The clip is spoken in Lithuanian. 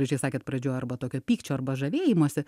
gražiai sakėt pradžioj arba tokio pykčio arba žavėjimosi